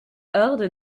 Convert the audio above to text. hordes